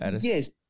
Yes